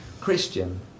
Christian